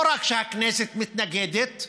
לא רק שהכנסת מתנגדת,